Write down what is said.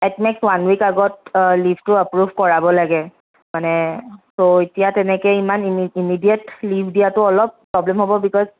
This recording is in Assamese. এটলিষ্ট ওৱান উইক আগত লীভটো এপ্ৰ'ভ কৰাব লাগে মানে ছ' এতিয়া তেনেকৈ ইমান ইমি ইমিডিয়েট লীভ দিয়াটো অলপ প্ৰ'ব্লেম হ'ব বিক'জ